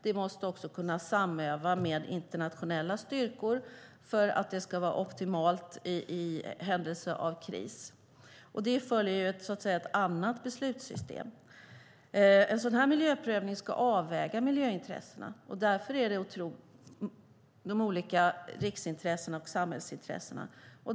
Det måste också kunna samöva med internationella styrkor för att det ska vara optimalt i händelse av kris. Det följer ett annat beslutssystem. En miljöprövning ska avväga de olika riksintressena och samhällsintressena.